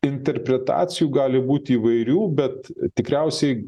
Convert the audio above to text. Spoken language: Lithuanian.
interpretacijų gali būt įvairių bet tikriausiai